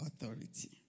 authority